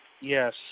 Yes